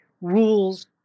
rules